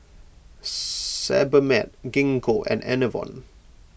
Sebamed Gingko and Enervon